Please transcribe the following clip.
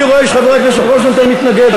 אני רואה שחבר הכנסת רוזנטל מתנגד.